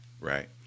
right